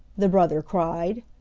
the brother cried.